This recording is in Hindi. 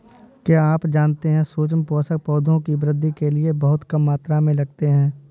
क्या आप जानते है सूक्ष्म पोषक, पौधों की वृद्धि के लिये बहुत कम मात्रा में लगते हैं?